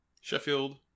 Sheffield